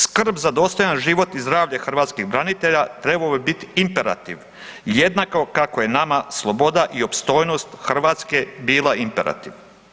Skrb za dostojan život i zdravlje hrvatskih branitelja trebao bi biti imperativ jednako kako je nama sloboda i opstojnost Hrvatske bila imperativ.